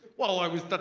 well. i was,